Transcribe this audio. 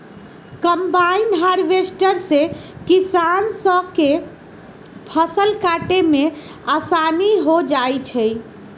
combine harvester से किसान स के फसल काटे में आसानी हो जाई छई